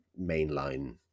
mainline